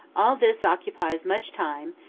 all this occupies much time,